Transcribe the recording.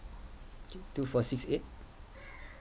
K two four six eight